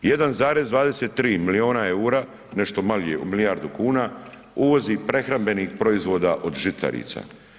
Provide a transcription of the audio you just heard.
1,23 milijuna EUR-a, nešto manje od milijardu kuna uvozi prehrambenih proizvoda od žitarica.